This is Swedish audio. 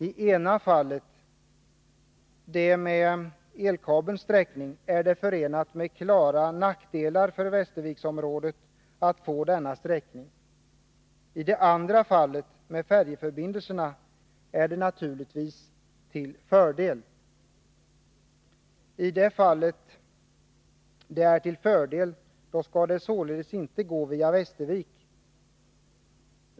Det ena fallet — det med elkabelns sträckning — är förenat med klara nackdelar för Västerviksområdet, det andra fallet — det med färjeförbindelserna— är förenat med fördelar. Det som är till fördel skall således inte gå via Västervik.